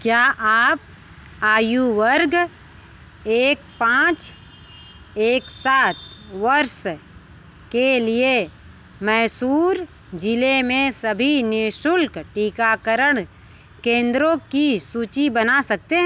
क्या आप आयु वर्ग एक पाँच एक सात वर्ष के लिए मैसूर ज़िले में सभी निःशुल्क टीकाकरण केंद्रों की सूची बना सकते